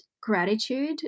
gratitude